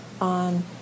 on